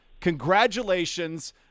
Congratulations